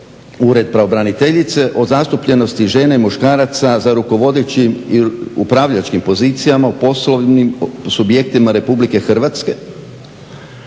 Ured pravobraniteljice o zastupljenosti žene i muškaraca za upravljačkim i rukovodećim pozicijama u poslovnim subjektima RH gdje je